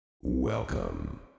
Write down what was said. Welcome